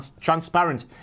transparent